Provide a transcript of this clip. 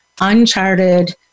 uncharted